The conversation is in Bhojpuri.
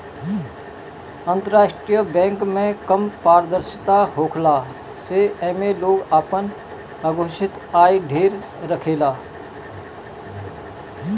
अंतरराष्ट्रीय बैंक में कम पारदर्शिता होखला से एमे लोग आपन अघोषित आय ढेर रखेला